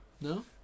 No